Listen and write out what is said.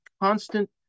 constant